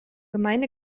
gemeinde